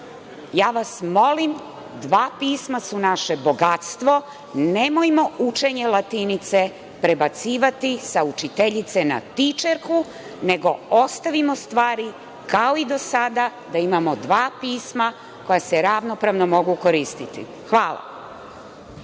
Ja vas molim, dva pisma su naše bogatstvo, nemojmo učenje latinice prebacivati sa učiteljice na „tičerku“, nego ostavimo stvari kao i do sada, da imamo dva pisma koja se ravnopravno mogu koristiti. Hvala.